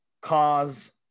cause